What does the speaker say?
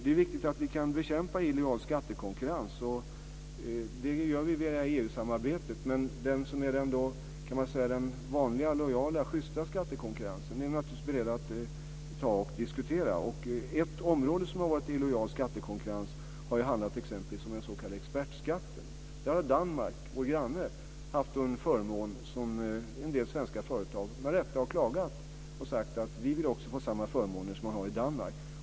Det är viktigt att vi kan bekämpa illojal skattekonkurrens. Det gör vi via EU samarbetet. Men den vanliga, lojala, schysta skattekonkurrensen är vi naturligtvis beredda att diskutera. Ett område när det gäller illojal skattekonkurrens har handlat exempelvis om den s.k. expertskatten. Danmark, vår granne, har haft en förmån som en del svenska företag med rätta har klagat över. Man har sagt: Vi vill också få samma förmåner som man har i Danmark.